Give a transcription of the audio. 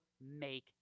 make